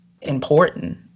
important